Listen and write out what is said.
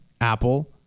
Apple